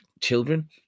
children